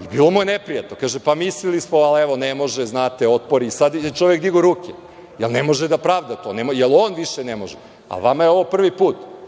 i bilo mu je neprijatno, kaže – mislili smo, ali evo ne može, znate i sada je čovek digao ruke, jer ne može da pravda to, jer on više ne može. Vama je ovo prvi put